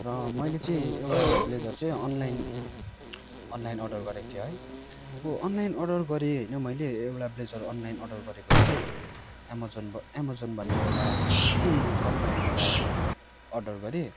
र मैले चाहिँ एउटा ब्लेजर चाहिँ अनलाइन अनलाइन अर्डर गरेको थिएँ है अब अनलाइन अर्डर गरेँ होइन मैले एउटा ब्लेजर अनलाइन अर्डर गरेको थिएँ अमेजोन ब अमेजोन भन्ने एउटा कम्पनीबाट अर्डर गरेँ